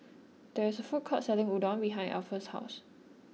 there is a food court selling Udon behind Alpha's house